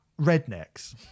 rednecks